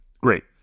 great